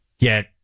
get